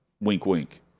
wink-wink